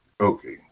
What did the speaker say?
Okay